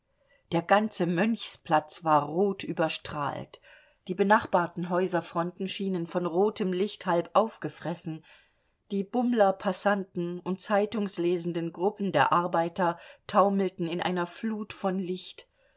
der ganze mönchsplatz war rot überstrahlt die benachbarten häuserfronten schienen von rotem licht halb aufgefressen die bummler passanten und zeitungslesenden gruppen der arbeiter taumelten in einer flut von licht